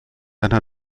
einer